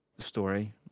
story